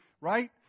right